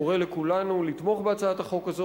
אני קורא לכולנו לתמוך בהצעת החוק הזאת.